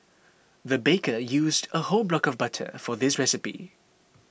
the baker used a whole block of butter for this recipe